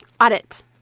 audit